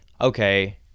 okay